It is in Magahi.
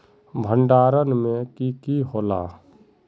भण्डारण में की की होला?